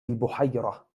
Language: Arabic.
البحيرة